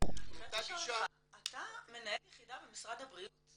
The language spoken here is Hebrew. לאותה גישה -- אני חייבת לשאול אותך אתה מנהל יחידה במשרד הבריאות.